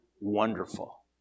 wonderful